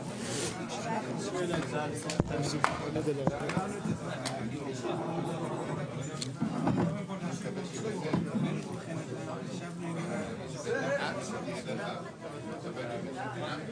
14:14.